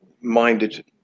minded